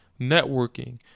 networking